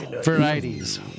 varieties